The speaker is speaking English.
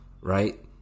Right